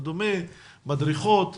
מדרכות וכדומה,